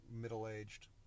middle-aged